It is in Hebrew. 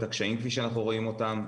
את הקשיים כפי שאנחנו רואים אותם.